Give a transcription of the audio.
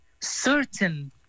certain